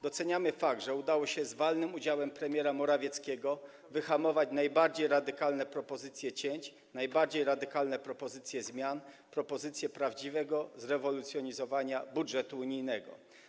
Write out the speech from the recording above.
Doceniamy fakt, że udało się z walnym udziałem premiera Morawieckiego wyhamować najbardziej radykalne propozycje cięć, najbardziej radykalne propozycje zmian, propozycje prawdziwego zrewolucjonizowania budżetu unijnego.